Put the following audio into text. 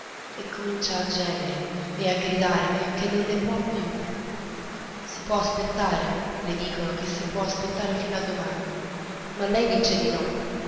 e comincia a gemere e a gridare che non ne può più si può aspettare le dicono che si può aspettare fino a domani ma lei dice di no